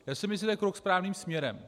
Já si myslím, že je to krok správným směrem.